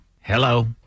Hello